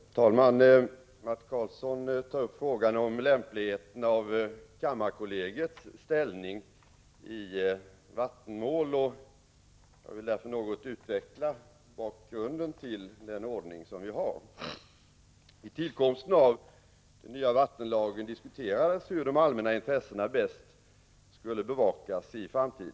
Herr talman! Mats O Karlsson tog upp frågan om lämpligheten av kammarkollegiets ställning i vattenmål, och jag vill därför något utveckla bakgrunden till den ordning vi har. Vid tillkomsten av den nya vattenlagen diskuterades hur de allmänna intressena i framtiden bäst skulle bevakas.